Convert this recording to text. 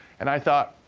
and i thought,